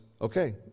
okay